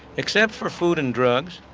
except for food and drugs,